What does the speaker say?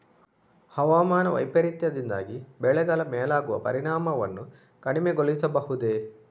ಹವಾಮಾನ ವೈಪರೀತ್ಯದಿಂದಾಗಿ ಬೆಳೆಗಳ ಮೇಲಾಗುವ ಪರಿಣಾಮವನ್ನು ಕಡಿಮೆಗೊಳಿಸಬಹುದೇ?